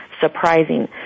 surprising